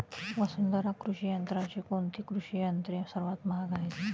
वसुंधरा कृषी यंत्राची कोणती कृषी यंत्रे सर्वात महाग आहेत?